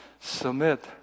Submit